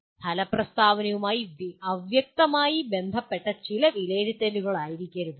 ഫല പ്രസ്താവനയുമായി അവ്യക്തമായി ബന്ധപ്പെട്ട ചില വിലയിരുത്തലായിരിക്കരുത് ഇത്